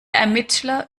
ermittler